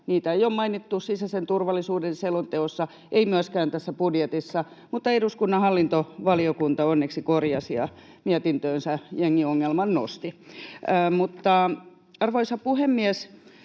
Niitä ei ole mainittu sisäisen turvallisuuden selonteossa, ei myöskään tässä budjetissa, mutta eduskunnan hallintovaliokunta onneksi korjasi sen ja nosti mietintöönsä jengiongelman. Mutta, arvoisa puhemies,